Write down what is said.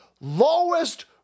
lowest